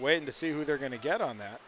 waiting to see who they're going to get on that